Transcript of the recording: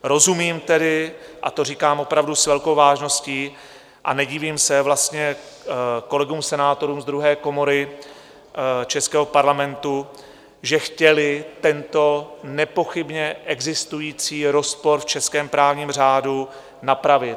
Rozumím tedy a to říkám opravdu s velkou vážností a nedivím se vlastně kolegům senátorům z druhé komory českého Parlamentu, že chtěli tento nepochybně existující rozpor v českém právním řádu napravit.